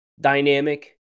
dynamic